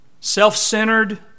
self-centered